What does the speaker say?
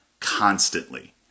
constantly